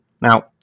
Now